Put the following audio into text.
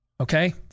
Okay